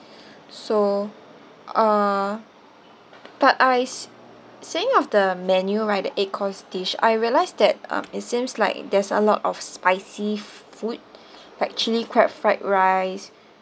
so uh but I say~ saying of the menu right the eight course dish I realize that um it seems like there's a lot of spicy food like chili crab fried rice